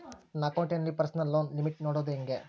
ನನ್ನ ಅಕೌಂಟಿನಲ್ಲಿ personal loan limit ನೋಡದು ಹೆಂಗೆ?